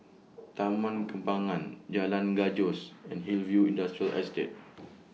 Taman Kembangan Jalan Gajus and Hillview Industrial Estate